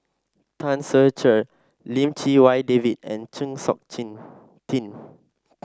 Tan Ser Cher Lim Chee Wai David and Chng Seok Tin